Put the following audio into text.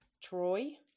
Troy